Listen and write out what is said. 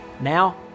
Now